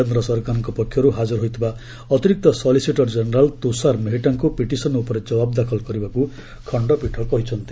କେନ୍ଦ୍ରସରକାରଙ୍କ ପକ୍ଷରୁ ହାଜର ହୋଇଥିବା ଅତିରିକ୍ତ ସଲିସିଟର ଜେନେରାଲ୍ ତ୍ରଷାର ମେହେଟ୍ଟାଙ୍କୁ ପିଟିସନ୍ ଉପରେ ଜବାବ ଦାଖଲ କରିବାକୁ ଖଣ୍ଡପୀଠ କହିଛନ୍ତି